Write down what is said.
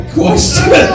question